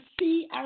see